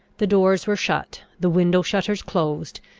the doors were shut, the window-shutters closed,